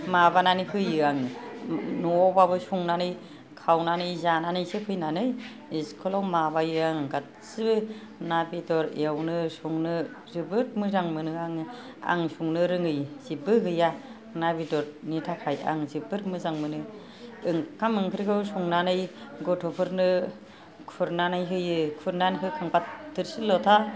माबानानै होयो आङो न'आवबाबो संनानै खावनानै जानानैसो फैनानै इस्कुलाव माबायो आं गासिबो ना बेदर एवनो संनो जोबोद मोजां मोनो आङो आं संनो रोङै जेबबो गैया ना बेदरनि थाखाय आं जोबोद मोजां मोनो ओंखाम ओंख्रिखौ संनानै गथ'फोरनो खुरनानै होयो खुरनानै होखांबा थोरसि लथा